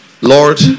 Lord